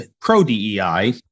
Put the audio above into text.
pro-DEI